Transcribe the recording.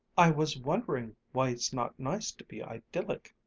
i was wondering why it's not nice to be idyllic.